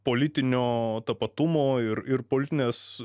politinio tapatumo ir ir politinės